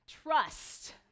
Trust